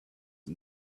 and